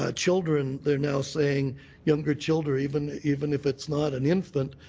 ah children, they are now saying younger children, even even if it's not an infant,